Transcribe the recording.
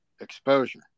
exposure